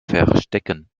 verstecken